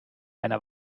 einer